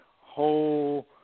whole